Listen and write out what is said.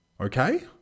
Okay